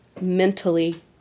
mentally